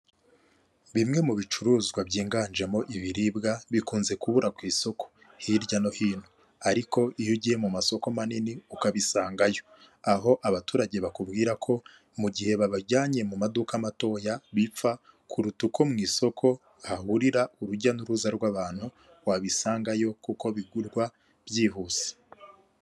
Bimwe mu bicuruzwa byiganjemo ibiribwa bikunze kubura ku isoko hirya no hino, ariko iyo ugiye mu masoko manini ukabisangayo, aho abaturage bakubwira ko mu gihe babajyanye mu maduka matoya bipfa kuruta uko mu isoko hahurira urujya n'uruza rw'abantu wabisangayo kuko bigurwa byihuse.